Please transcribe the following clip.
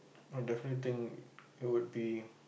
I would definitely it would be